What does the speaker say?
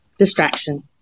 distraction